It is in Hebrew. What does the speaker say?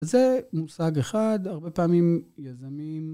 זה מושג אחד, הרבה פעמים יזמים.